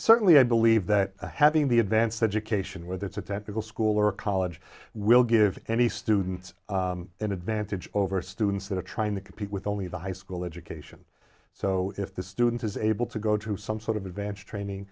certainly i believe that having the advanced education whether it's a technical school or college will give any students an advantage over students that are trying to compete with only the high school education so if the student is able to go to some sort of advanced